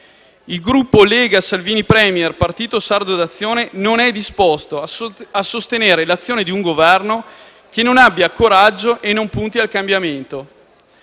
Il Gruppo Lega-Salvini Premier-Partito Sardo d'Azione non è disposto a sostenere l'azione di un Governo che non abbia coraggio e non punti al cambiamento.